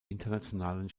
internationalen